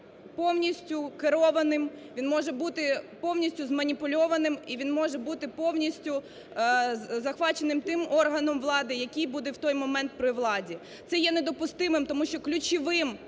він може бути повністю захвачений тим органом влади, який буде в той момент при владі. Це є недопустимим, тому що ключовим,